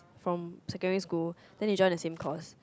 from secondary school then they join the same course